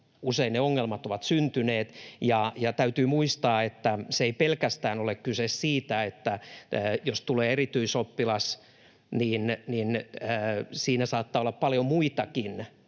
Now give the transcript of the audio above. usein ne ongelmat ovat syntyneet. Täytyy muistaa, että ei pelkästään ole kyse siitä, että tulee erityisoppilas, vaan siinä saattaa olla paljon muitakin